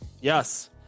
Yes